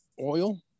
oil